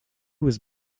was